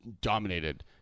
dominated